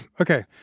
okay